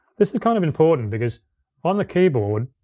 this is kind of important, because on the keyboard,